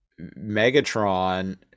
Megatron